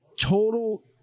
total